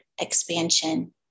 expansion